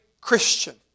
Christian